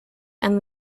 and